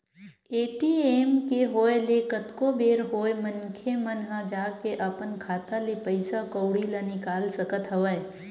ATM के होय ले कतको बेर होय मनखे मन ह जाके अपन खाता ले पइसा कउड़ी ल निकाल सकत हवय